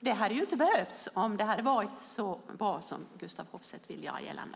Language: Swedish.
Det hade inte behövts om det varit så bra om Gustaf Hoffstedt vill göra gällande.